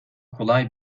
kolay